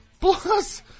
plus